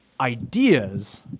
ideas